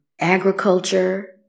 agriculture